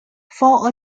for